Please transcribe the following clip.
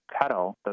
pedal